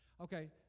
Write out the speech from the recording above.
Okay